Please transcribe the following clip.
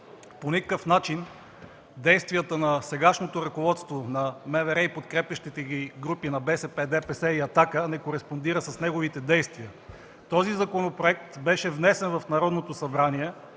по никакъв начин действията на сегашното ръководство на МВР и подкрепящите ги групи – на БСП, ДПС и „Атака”, не кореспондират с неговите действия. Този законопроект беше внесен в Народното събрание